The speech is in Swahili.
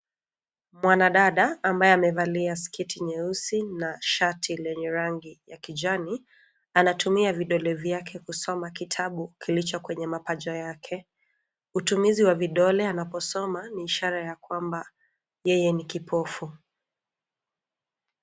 Mwanadada ambaye amevalia sketi nyeusi na shati lenye rangi ya kijani anatumia vidole vyake kusoma kitabu kilicho kwenye mapaja yake. Utumizi wa vidole anaposoma ni ishara ya kwamba yeye ni kipofu.